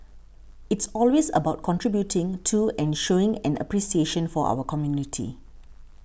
it's always about contributing to and showing an appreciation for our community